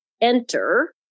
enter